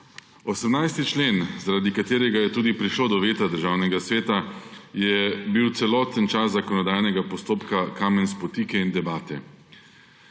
18. člen, zaradi katerega je tudi prišlo do veta Državnega sveta je bil celoten čas zakonodajnega postopka kamen spotike in debate.